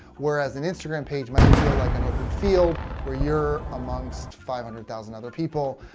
whereas an instagram page might feel like an open field where you're amongst five hundred thousand other people,